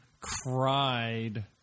cried